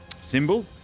symbol